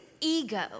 ego